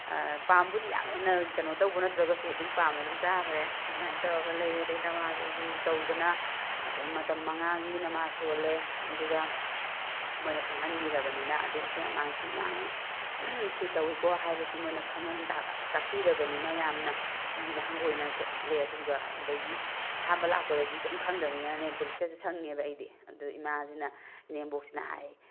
ꯄꯥꯝꯕꯨꯗꯤ ꯌꯥꯝ ꯍꯦꯟꯅ ꯀꯩꯅꯣ ꯇꯧꯕ ꯅꯠꯇ꯭ꯔꯒꯁꯨ ꯑꯗꯨꯝ ꯄꯥꯝꯅ ꯑꯗꯨꯝ ꯆꯥꯈ꯭ꯔꯦ ꯑꯗꯨꯃꯥꯏꯅ ꯇꯧꯔꯒ ꯂꯩꯔꯦ ꯑꯗꯒꯤ ꯅꯃꯥꯖ ꯎꯖꯨ ꯇꯧꯗꯅ ꯑꯗꯨꯝ ꯃꯇꯝ ꯃꯉꯥꯒꯤ ꯅꯃꯥꯖ ꯁꯣꯜꯂꯦ ꯑꯗꯨꯒ ꯃꯣꯏꯅ ꯈꯪꯍꯟꯕꯤꯔꯕꯅꯤꯅ ꯑꯗꯒꯤ ꯑꯁꯦꯡ ꯑꯃꯥꯡ ꯁꯤ ꯃꯥꯡꯉꯤ ꯁꯤ ꯇꯧꯋꯤꯀꯣ ꯍꯥꯏꯕꯁꯤ ꯃꯣꯏꯅ ꯈꯪꯍꯟ ꯇꯥꯛꯄꯤꯔꯕꯅꯤꯅ ꯌꯥꯝꯅ ꯀꯤꯅ ꯍꯪꯒꯣꯏꯅ ꯆꯠꯂꯦ ꯑꯗꯨꯒ ꯑꯗꯒꯤ ꯑꯍꯥꯟꯕ ꯂꯥꯛꯄꯗꯗꯤ ꯀꯔꯤꯝ ꯈꯪꯗꯕꯅꯤꯅ ꯅꯦꯜ ꯄꯣꯂꯤꯁꯀꯥꯁꯦ ꯁꯪꯉꯦꯕ ꯑꯩꯗꯤ ꯑꯗꯨ ꯏꯃꯥꯁꯤꯅ ꯏꯅꯦꯝꯕꯣꯛꯁꯤꯅ ꯍꯥꯏ